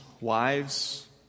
wives